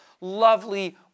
lovely